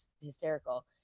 hysterical